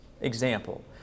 Example